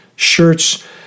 Shirts